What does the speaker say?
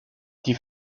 die